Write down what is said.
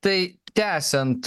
tai tęsiant